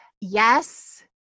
yes